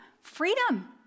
freedom